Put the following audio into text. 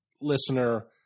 listener –